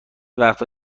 وقتا